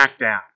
Smackdown